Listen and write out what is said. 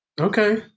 Okay